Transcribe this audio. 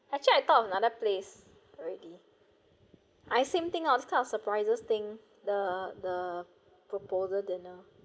actually I thought of another place already I same thing I was kind of surprises thing the the proposal dinner it's quite nice